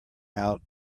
out